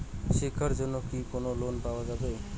শিক্ষার জন্যে কি কোনো লোন পাওয়া যাবে?